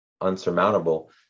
unsurmountable